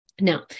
Now